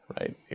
right